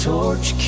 Torch